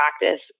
practice